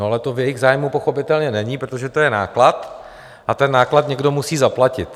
No, ale to v jejich zájmu pochopitelně není, protože to je náklad a ten náklad někdo musí zaplatit.